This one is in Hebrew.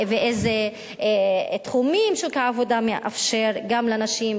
ואיזה תחומים שוק העבודה מאפשר גם לנשים,